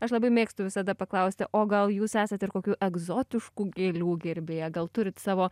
aš labai mėgstu visada paklausti o gal jūs esate ir kokių egzotiškų gėlių gerbėja gal turit savo